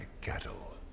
cattle